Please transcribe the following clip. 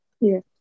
Yes